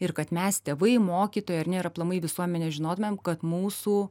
ir kad mes tėvai mokytojai ar ne ir aplamai visuomenė žinotumėm kad mūsų